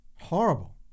horrible